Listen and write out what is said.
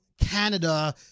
Canada